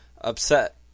upset